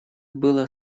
было